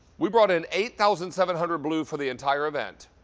we brought in eight thousand seven hundred blue for the entire event.